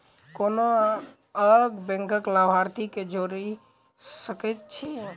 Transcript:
कोना अलग बैंकक लाभार्थी केँ जोड़ी सकैत छी?